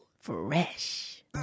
Fresh